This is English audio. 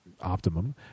Optimum